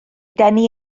denu